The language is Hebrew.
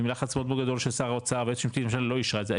עם לחץ מאוד גדול של שר האוצר והיועצת המשפטית לממשלה לא אישרה את זה,